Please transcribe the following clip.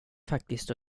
faktiskt